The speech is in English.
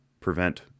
prevent